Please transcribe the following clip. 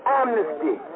amnesty